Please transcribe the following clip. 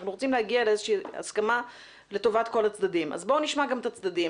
אנחנו רוצים להגיע להסכמה לטובת כל הצדדים ולכן בואו נשמע את הצדדים.